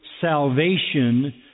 salvation